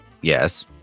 Yes